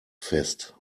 fest